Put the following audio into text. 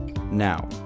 Now